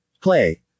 Play